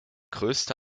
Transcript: größte